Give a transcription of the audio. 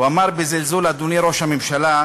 הוא אמר בזלזול, אדוני ראש הממשלה: